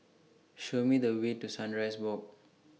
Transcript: Show Me The Way to Sunrise Walk